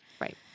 Right